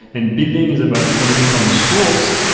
and building is about coming from source.